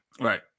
Right